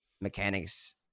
mechanics